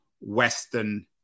Western